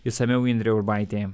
išsamiau indrė urbaitė